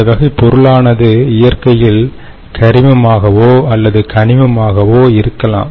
இந்த வகை பொருளானது இயற்கையில் கரிமமாகவோ அல்லது கனிமமாகவோ இருக்கலாம்